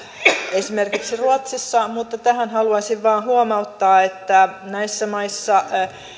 esimerkiksi ruotsissa mutta tähän haluaisin vain huomauttaa että näissä maissa niiden